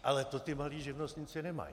Ale to ti malí živnostníci nemají.